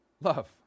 Love